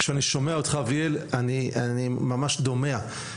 כשאני שומע אותך אביאל אני ממש דומע.